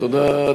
תודה.